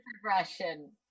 progression